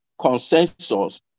consensus